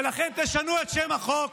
ולכן, תשנו את שם החוק